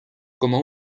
cómo